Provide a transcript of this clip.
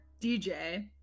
DJ